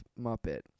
Muppet